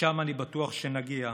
לשם אני בטוח שנגיע.